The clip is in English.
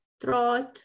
throat